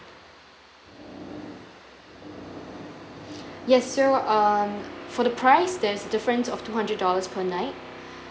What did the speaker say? yes so um for the price there's difference of two hundred dollars per night